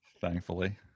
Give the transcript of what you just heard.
Thankfully